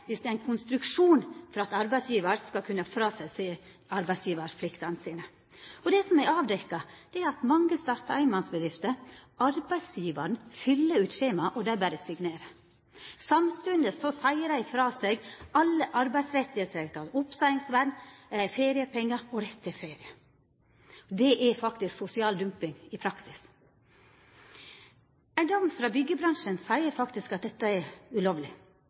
det, men ikkje om det er ein konstruksjon for at arbeidsgjevar skal kunna seia frå seg sine arbeidsgjevarplikter. Det som er avdekt, er at mange startar einmannsbedrifter. Arbeidsgjevaren fyller ut skjemaet, og dei berre signerer. Samstundes seier dei frå seg alle arbeidstakarrettar, som oppseiingsvern, feriepengar og rett til ferie. Det er faktisk sosial dumping i praksis. Ein dom frå byggjebransjen seier faktisk at dette er ulovleg.